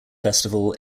festival